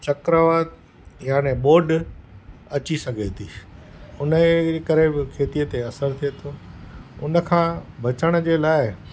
चक्रवात याने बोड अची सघे थी हुनजे करे बि खेतीअ ते असरु थिए थो हुन खां बचण जे लाइ